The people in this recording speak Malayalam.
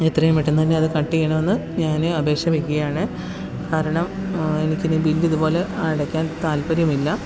എത്രയും പെട്ടെന്നുതന്നെ അത് കട്ട് ചെയ്യണമെന്ന് ഞാൻ അപേക്ഷ വെക്കുകയാണ് കാരണം എനിക്കിനി ബില്ല് ഇതുപോലെ അടയ്ക്കാന് താല്പ്പര്യമില്ല